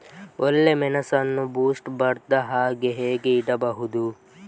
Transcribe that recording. ಒಳ್ಳೆಮೆಣಸನ್ನು ಬೂಸ್ಟ್ ಬರ್ದಹಾಗೆ ಹೇಗೆ ಇಡಬಹುದು?